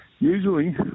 Usually